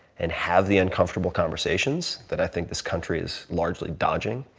and have the uncomfortable conversations that i think this country is largely dodging,